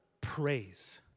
praise